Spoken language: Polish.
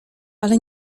ale